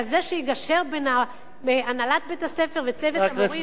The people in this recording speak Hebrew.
כזה שיגשר בין הנהלת בית-הספר וצוות המורים לבין ההורים?